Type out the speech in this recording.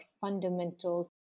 fundamental